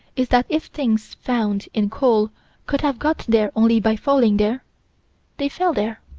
is that if things found in coal could have got there only by falling there they fell there.